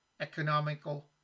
economical